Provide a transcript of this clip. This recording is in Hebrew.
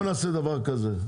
רבותי, בואו נעשה דבר כזה,